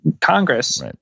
congress